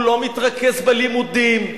הוא לא מתרכז בלימודים,